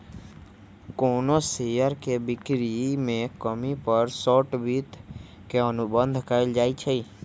कोनो शेयर के बिक्री में कमी पर शॉर्ट वित्त के अनुबंध कएल जाई छई